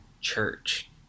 church